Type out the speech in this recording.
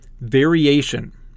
Variation